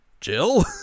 Jill